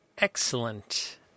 Excellent